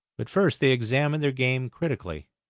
but first they examined their game critically,